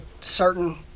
certain